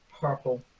Purple